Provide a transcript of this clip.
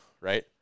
right